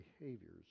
behaviors